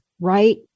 right